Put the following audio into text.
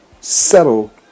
settle